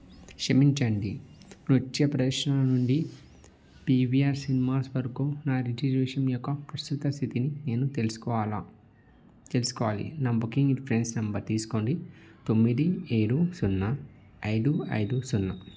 క్షమించండి నృత్య ప్రదర్శన నుండి పీవిఆర్ సినిమాస్ వరకు నా రిజర్వేషన్ యొక్క ప్రస్తుత స్థితిని నేను తెలుసుకోవాలా తెలుసుకోవాలి నా బుకింగ్ రిఫరెన్స్ నంబర్ తీసుకోండి తొమ్మిది ఏడు సున్నా ఐదు ఐదు సున్నా